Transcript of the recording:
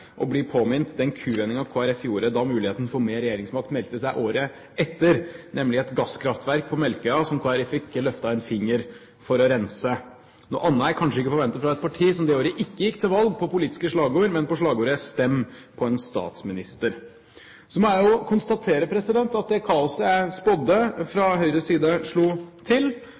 å bli minnet om den kuvendingen Kristelig Folkeparti gjorde da muligheten for mer regjeringsmakt meldte seg året etter, knyttet til et gasskraftverk på Melkøya som Kristelig Folkeparti ikke løftet en finger for å rense. Noe annet er kanskje ikke å forvente fra et parti som det året ikke gikk til valg på politiske slagord, men på slagordet «Stem på en statsminister». Så må jeg konstatere at det kaoset jeg spådde fra Høyres side, slo til.